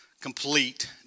complete